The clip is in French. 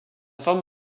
forme